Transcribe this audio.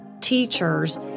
teachers